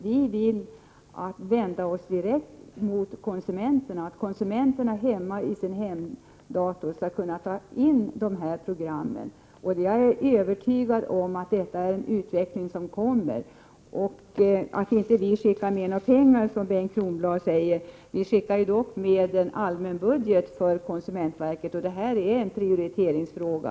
Vi vill vända oss direkt till konsumenterna. De skall kunna ta in de här programmen i sina hemdatorer. Jag är övertygad om att det är en utveckling som kommer. Reservanterna skickar inte med några pengar, säger Bengt Kronblad. Vi skickar dock med pengar till en allmän budget för konsumentverket, och det här är en prioriteringsfråga.